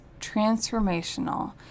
transformational